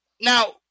Now